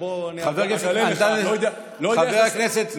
חברי הכנסת.